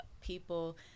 people